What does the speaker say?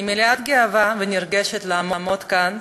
אני מלאת גאווה ונרגשת לעמוד כאן,